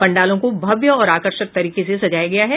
पंडालों को भव्य और आकर्षक तरीके से सजाया गया है